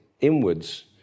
inwards